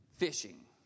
Fishing